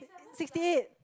sixty eight